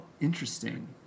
Interesting